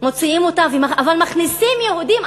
אבל מכניסים יהודים.